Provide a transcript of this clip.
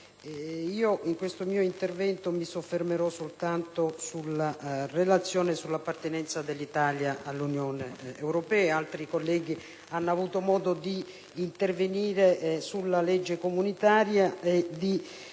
corso del mio intervento mi soffermerò soltanto sulla relazione relativa all'appartenenza dell'Italia all'Unione europea. Altri colleghi hanno avuto modo di intervenire sulla Legge comunitaria e di